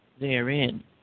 therein